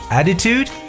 attitude